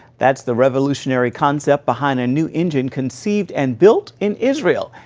that's the revolutionary concept behind a new engine conceived and built in israel.